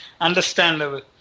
Understandable